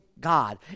God